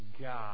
God